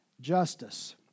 Justice